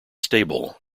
stable